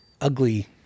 ugly